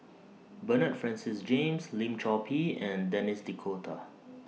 Bernard Francis James Lim Chor Pee and Denis D'Cotta